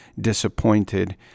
disappointed